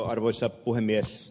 arvoisa puhemies